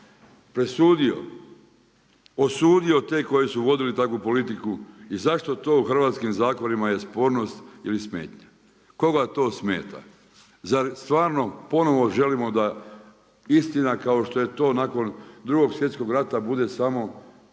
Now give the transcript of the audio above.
Presudio, osudio te koji su vodili takvu politiku i zašto je to u hrvatskim zakonima je spornost ili smetnja. Koga to smeta? Zar stvarno ponovno želimo da istina, kao što je to nakon 2.sv.rata bude samo na